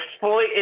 fully